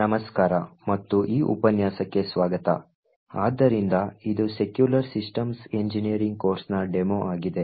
ನಮಸ್ಕಾರ ಮತ್ತು ಈ ಉಪನ್ಯಾಸಕ್ಕೆ ಸ್ವಾಗತ ಆದ್ದರಿಂದ ಇದು ಸೆಕ್ಯೂರ್ ಸಿಸ್ಟಮ್ಸ್ ಎಂಜಿನಿಯರಿಂಗ್ ಕೋರ್ಸ್ನ ಡೆಮೊ ಆಗಿದೆ